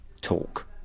talk